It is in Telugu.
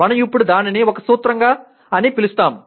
మనం ఇప్పుడు దానిని ఒక సూత్రం అని పిలుస్తాము